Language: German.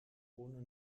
ohne